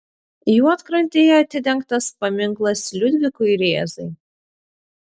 juodkrantėje atidengtas paminklas liudvikui rėzai